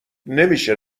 نمیشه